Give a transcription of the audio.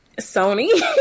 Sony